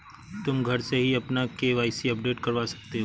तुम घर से ही अपना के.वाई.सी अपडेट करवा सकते हो